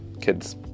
kids